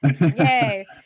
Yay